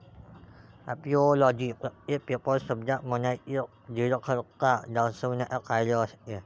ऍपिओलॉजी प्रत्येक पेपर शब्दात मनाची निरर्थकता दर्शविण्याचे कार्य करते